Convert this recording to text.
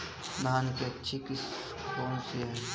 धान की अच्छी किस्म कौन सी है?